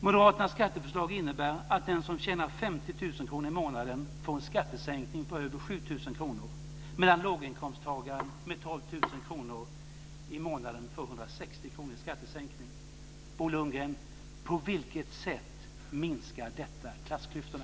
Moderaternas skatteförslag innebär att den som tjänar 50 000 kr i månaden får en skattesänkning på över 7 000 kr, medan låginkomsttagaren med 12 000 kr i månaden får 160 Bo Lundgren, på vilket sätt minskar detta klassklyftorna?